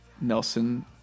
Nelson